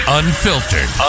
unfiltered